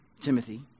Timothy